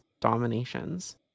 dominations